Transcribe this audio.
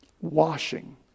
washing